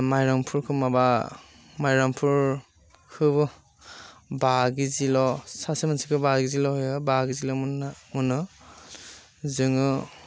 माइरंफोरखौ माबा माइंरफोर खौबो बा किजिल' सासे मानसिखौ बा किजिल' होयो बा किजिल' मोननो मोनो जोङो